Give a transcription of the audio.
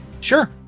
Sure